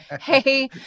hey